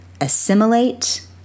assimilate